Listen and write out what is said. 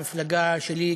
המפלגה שלי,